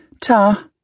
Ta